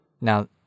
Now